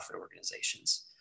organizations